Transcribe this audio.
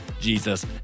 Jesus